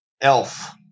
Elf